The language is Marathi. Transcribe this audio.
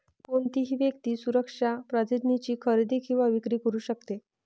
कोणतीही व्यक्ती सुरक्षा प्रतिज्ञेची खरेदी किंवा विक्री करू शकते